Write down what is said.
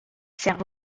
servent